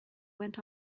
went